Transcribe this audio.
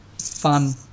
Fun